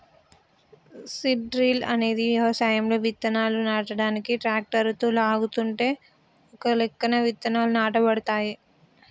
seed drill అనేది వ్యవసాయంలో విత్తనాలు నాటనీకి ట్రాక్టరుతో లాగుతుంటే ఒకలెక్కన విత్తనాలు నాటబడతాయి